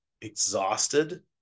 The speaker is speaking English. exhausted